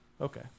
Okay